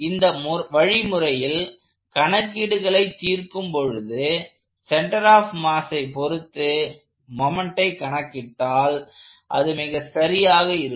இந்த வழிமுறையில் கணக்கீடுகளை தீர்க்கும் பொழுது சென்டர் ஆப் மாஸை பொருத்து மொமெண்ட்டை கணக்கிட்டால் அது மிகச் சரியாக இருக்கும்